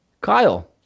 Kyle